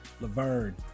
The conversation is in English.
Laverne